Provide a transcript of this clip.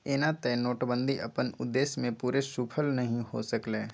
एना तऽ नोटबन्दि अप्पन उद्देश्य में पूरे सूफल नहीए हो सकलै